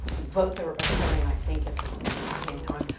both are occurring i think, at the same time.